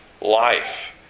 life